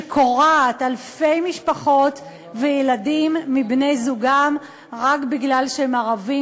שקורעת אלפי משפחות וילדים מבני-הזוג רק מפני שהם ערבים.